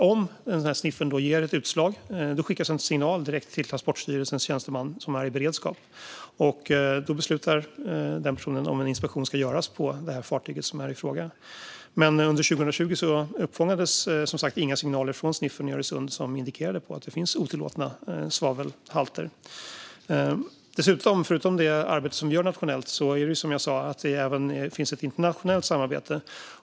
Om sniffern ger utslag skickas en signal direkt till Transportstyrelsens tjänsteman som är i beredskap, och då beslutar den personen om en inspektion ska göras på fartyget i fråga. Under 2020 uppfångades dock som sagt inga signaler från sniffern i Öresund som indikerade att det fanns otillåtna svavelhalter. Förutom det arbete vi gör nationellt finns det, som jag sa, ett internationellt samarbete.